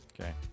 Okay